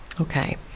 Okay